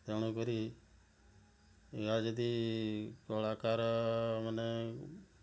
ତେଣୁକରି ଏହା ଯଦି କଳାକାର ମାନେ